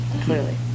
Clearly